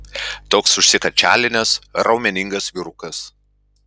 toks užsikačialinęs raumeningas vyrukas